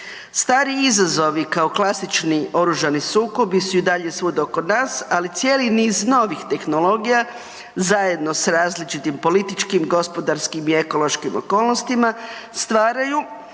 Stari izazovi, kao klasični oružani sukobu su i dalje svuda oko nas, ali cijeli niz novih tehnologija zajedno s različitim političkim, gospodarskim i ekološkim okolnostima stvaraju